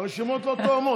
הרשימות לא תואמות.